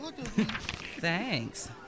thanks